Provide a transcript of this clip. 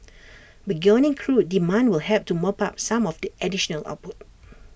burgeoning crude demand will help to mop up some of the additional output